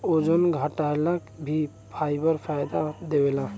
ओजन घटाएला भी फाइबर फायदा देवेला